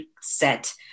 set